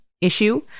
issue